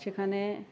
সেইখানে